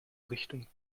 richtung